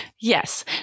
Yes